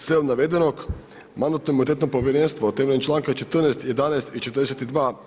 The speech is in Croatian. Slijedom navedenog, Mandatno-imunitetno povjerenstvo temeljem članka 14., 11. i 42.